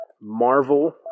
Marvel